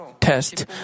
test